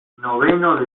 noveno